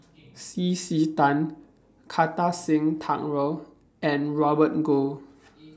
C C Tan Kartar Singh Thakral and Robert Goh